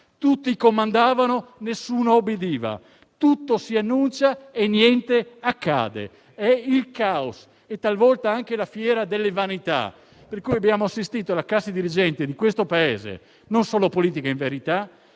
tutti comandavano e nessuno ubbidiva. Tutto si annuncia e niente accade: è il caos e talvolta anche la fiera delle vanità. Abbiamo assistito al fatto che la classe dirigente di questo Paese, non solo politica in verità,